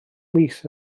mis